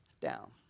down